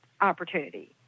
opportunity